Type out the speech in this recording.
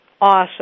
awesome